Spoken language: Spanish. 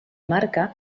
marca